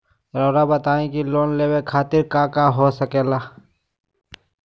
रउआ बताई की लोन लेवे खातिर काका हो सके ला?